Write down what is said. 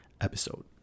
episode